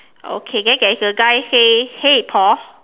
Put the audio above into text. okay then there's a guy say hey Paul